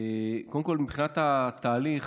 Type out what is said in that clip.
קודם כול, מבחינת התהליך,